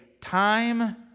time